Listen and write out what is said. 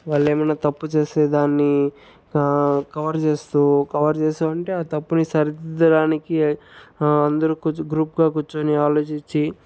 వాళ్లేమన్నా తప్పు చేస్తే దాన్ని కవర్ చేస్తూ కవర్ చేస్తూ అంటే ఆ తప్పుని సరిదిద్దడానికి అందరు కొంచెం గ్రూప్గా కూర్చొని ఆలోచించి